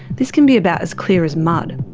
this can be about as clear as mud.